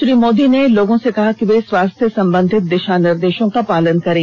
श्री मोदी ने लोगों से कहा कि वे स्वास्थ्य सम्बंधित दिशानिर्देशों का पालन करें